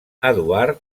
eduard